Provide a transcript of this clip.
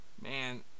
Man